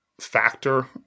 factor